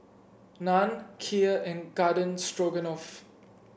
Naan Kheer and Garden Stroganoff